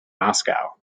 moscow